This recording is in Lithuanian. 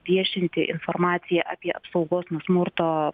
viešinti informaciją apie apsaugos nuo smurto